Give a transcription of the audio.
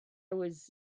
was